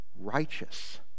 righteous